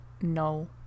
No